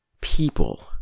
people